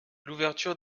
l’ouverture